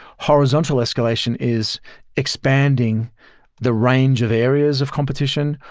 horizontal escalation is expanding the range of areas of competition,